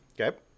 Okay